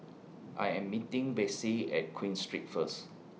I Am meeting Betsey At Queen Street First